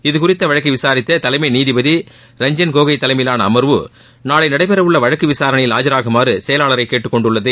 இதுகுறித்த வழக்கை விசாரித்த தலைமை நீதிபதி ரஞ்சன் கோகோய் தலைமையிலான அமர்வு நாளை நடைபெறவுள்ள வழக்கு விசாரணையில் ஆஜராகுமாறு செயலாளரை கேட்டுக் கொண்டுள்ளது